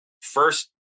First